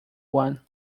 one